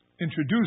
introduced